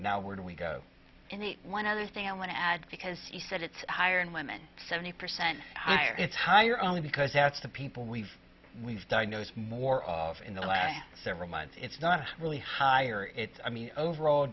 now where do we go in the one other thing i want to add because you said it's higher in women seventy percent higher it's higher only because that's the people we've we've diagnosed more of in the last several months it's not really higher it's i mean overall